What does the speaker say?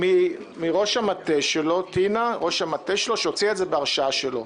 מראש המטה שלו, טינה, שהוציאה את זה בהרשאה שלו.